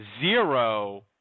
zero